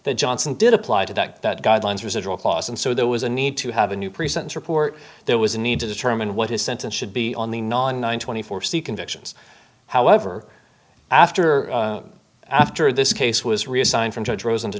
that johnson did apply to that that guidelines residual clause and so there was a need to have a new present report there was a need to determine what his sentence should be on the non twenty four c convictions however after after this case was reassigned from judge rosen to